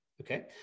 Okay